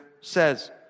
says